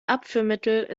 abführmittel